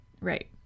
Right